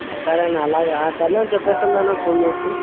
సరే అన్న అలాగా సర్లే అని చెప్పేస్తాను అన్న ఫోన్ చేసి